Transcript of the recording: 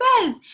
says